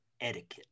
etiquette